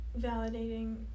validating